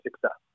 success